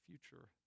future